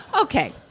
Okay